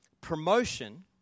Promotion